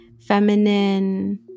feminine